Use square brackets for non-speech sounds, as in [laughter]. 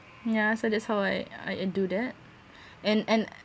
ya so that's how I I am do that [breath] and and